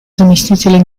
заместителя